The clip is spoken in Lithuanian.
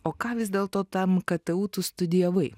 o ką vis dėlto tam ktu tu studijavai